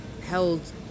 held